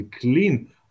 clean